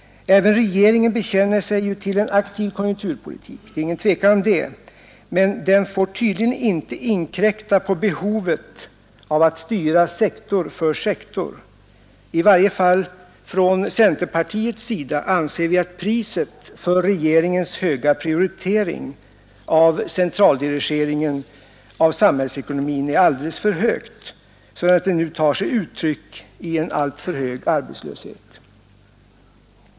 Även regeringen bekänner sig till en aktiv konjunkturpolitik — det råder inget tvivel om det — men den får tydligen inte inkräkta på behovet av att styra sektor för sektor. I varje fall från centerpartiets sida anser vi att priset för regeringens höga prioritering av centraldirigeringen av samhällsekonomin är alldeles för högt, eftersom det nu tar sig uttryck i framför allt hög arbetslöshet.